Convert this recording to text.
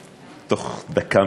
תוך דקה,